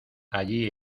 allí